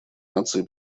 наций